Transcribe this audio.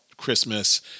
christmas